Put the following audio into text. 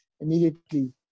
immediately